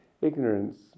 ignorance